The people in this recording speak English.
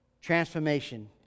transformation